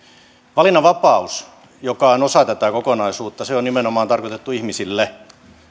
valinnanvapaus joka on osa tätä kokonaisuutta on nimenomaan tarkoitettu ihmisille